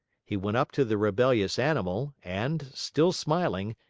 he went up to the rebellious animal, and, still smiling,